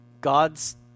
God's